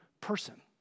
person